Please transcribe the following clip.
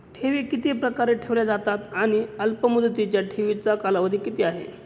ठेवी किती प्रकारे ठेवल्या जातात आणि अल्पमुदतीच्या ठेवीचा कालावधी किती आहे?